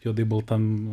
juodai baltam